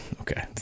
okay